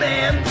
Man